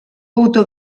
autor